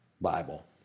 Bible